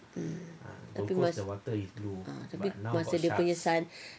um tapi masa ah tapi masa dia punya sun~